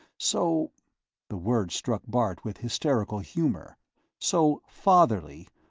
so the word struck bart with hysterical humor so fatherly,